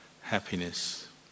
happiness